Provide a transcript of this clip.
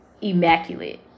immaculate